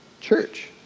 church